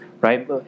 right